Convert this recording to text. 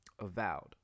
avowed